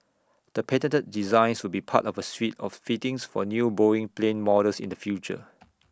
the patented designs will be part of A suite of fittings for new boeing plane models in the future